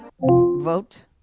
Vote